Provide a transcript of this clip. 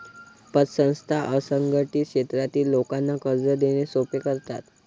पतसंस्था असंघटित क्षेत्रातील लोकांना कर्ज देणे सोपे करतात